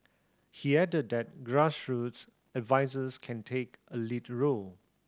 he added that grassroots advisers can take a lead role